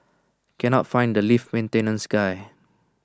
cannot find the lift maintenance guy